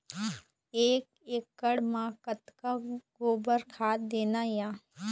एक एकड़ म कतक गोबर खाद देना ये?